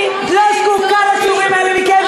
אני לא זקוקה לשיעורים האלה מכם,